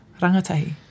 rangatahi